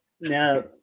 Now